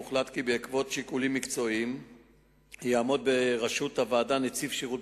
באותה תקופה הוחלט כי נושא זה ייבחן מחדש על-ידי ועדה שתוקם לצורך